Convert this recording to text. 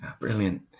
Brilliant